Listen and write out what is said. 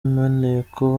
maneko